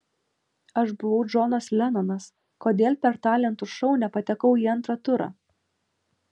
aš buvau džonas lenonas kodėl per talentų šou nepatekau į antrą turą